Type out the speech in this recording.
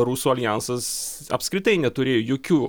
rusų aljansas apskritai neturėjo jokių